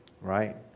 right